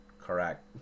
correct